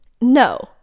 No